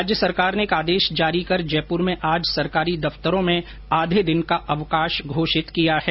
राज्य सरकार ने एक आदेश जारी कर जयपूर में सरकारी दफ्तरों में आज आधे दिन का अवकाश घोषित किया है